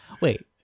wait